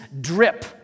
drip